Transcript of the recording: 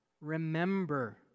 Remember